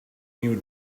new